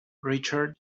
richard